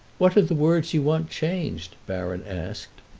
what are the words you want changed? baron asked.